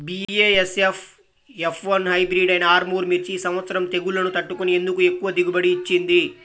BASF F one hybrid అయినా ఆర్ముర్ మిర్చి ఈ సంవత్సరం తెగుళ్లును తట్టుకొని ఎందుకు ఎక్కువ దిగుబడి ఇచ్చింది?